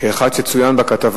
כאחד שצוין בכתבה